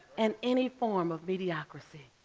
and any form of mediocracy.